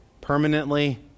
permanently